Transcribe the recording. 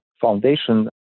foundation